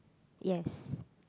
yes